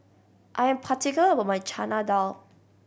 I'm particular about my Chana Dal